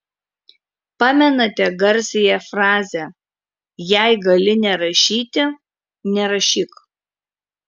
pamenate garsiąją frazę jei gali nerašyti nerašyk